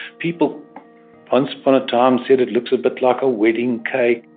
people once upon a time said it looks a bit like a wedding cake.